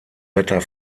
wetter